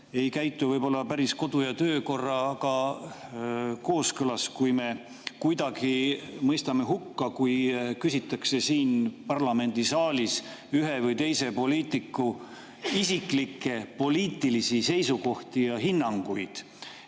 ei käitu võib-olla päris kodu- ja töökorraga kooskõlas, kui me kuidagi mõistame hukka, kui küsitakse siin parlamendisaalis ühe või teise poliitiku isiklikke poliitilisi seisukohti ja hinnanguid